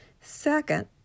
Second